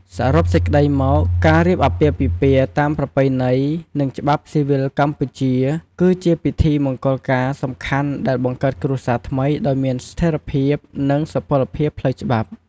សរុបសេចក្តីមកការរៀបអាពាហ៍ពិពាហ៍តាមប្រពៃណី និងច្បាប់ស៊ីវិលកម្ពុជា គឺជាពិធីមង្គលការសំខាន់ដែលបង្កើតគ្រួសារថ្មីដោយមានស្ថេរភាព និង សុពលភាពផ្លូវច្បាប់។